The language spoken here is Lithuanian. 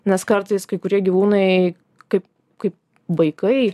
nes kartais kai kurie gyvūnai kaip kaip vaikai